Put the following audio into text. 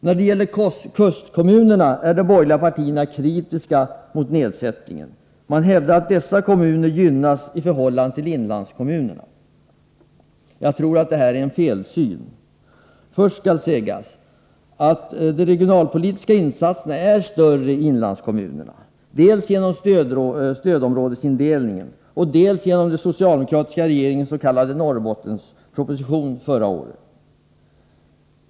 När det gäller kustkommunerna är de borgerliga partierna kritiska mot nedsättningen. Man hävdar att dessa kommuner gynnas i förhållande till inlandskommunerna. Jag tror att detta är en felsyn. Först skall sägas att de regionalpolitiska insatserna är större i inlandskommunerna, dels genom stödområdesindelningen, dels genom den socialdemokratiska regeringens s.k. Norrbottensproposition förra året.